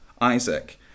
Isaac